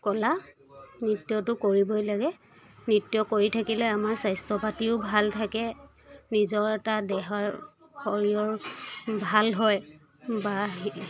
কলা নৃত্যটো কৰিবই লাগে নৃত্য কৰি থাকিলে আমাৰ স্বাস্থ্য পাতিও ভাল থাকে নিজৰ এটা দেহৰ শৰীৰৰ ভাল হয় বা